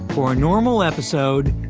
for a normal episode,